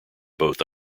both